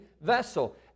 vessel